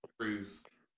truth